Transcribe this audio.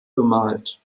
bemalt